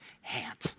hand